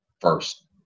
first